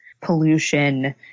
pollution